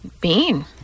Bean